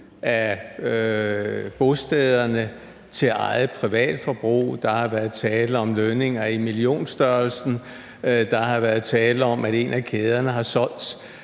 af bostederne til eget privatforbrug; der har været tale om lønninger i millionstørrelsen; der har været tale om, at en af kæderne har solgt